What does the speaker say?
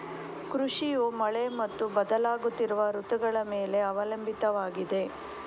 ಕೃಷಿಯು ಮಳೆ ಮತ್ತು ಬದಲಾಗುತ್ತಿರುವ ಋತುಗಳ ಮೇಲೆ ಅವಲಂಬಿತವಾಗಿದೆ